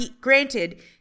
granted